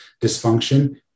dysfunction